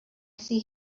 see